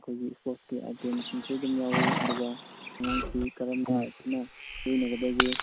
ꯑꯩꯈꯣꯏꯒꯤ ꯁ꯭ꯄꯣꯔꯠꯁꯀꯤ ꯑꯥꯏꯇꯦꯝꯁꯤꯡꯁꯨ ꯑꯗꯨꯝ ꯌꯥꯎꯏ ꯑꯗꯨꯒ ꯑꯉꯥꯡꯁꯤ ꯀꯔꯝꯅ ꯑꯩꯈꯣꯏꯅ ꯂꯣꯏꯅꯒꯗꯒꯦ